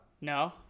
no